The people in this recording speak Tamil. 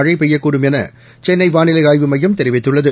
மழை பெய்யக்கூடும் என சென்னை வாளிலை ஆய்வு மையம் தெரிவித்துள்ளது